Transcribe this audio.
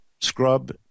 scrub